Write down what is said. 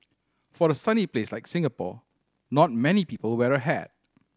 for a sunny place like Singapore not many people wear a hat